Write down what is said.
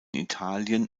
italien